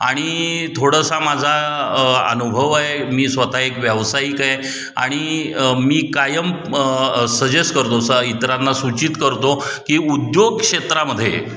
आणि थोडासा माझा अनुभव आहे मी स्वतः एक व्यावसायिक आहे आणि मी कायम मं सजेस करतो स इतरांना सूचित करतो की उद्योग क्षेत्रामध्ये